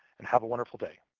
and have a wonderful day.